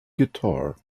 guitar